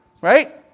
Right